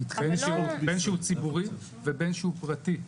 בין שהוא ציבורי ובין שהוא פרטי.